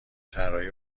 طراحی